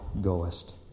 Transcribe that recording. goest